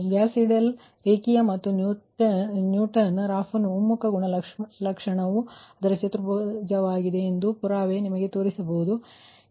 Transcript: Gauss Seidel ರೇಖೀಯ ಮತ್ತು Newton ರಾಫ್ಸನ್ನ ಒಮ್ಮುಖ ಗುಣಲಕ್ಷಣವು ಅದರ ಕ್ವಡ್ರಾಟಿಕ್ ಎಂಬ ಪುರಾವೆಯನ್ನು ಹೆಚ್ಚು ಸಮಯ ದೊರೆತರೆ ತೋರಿಸಬಹುದು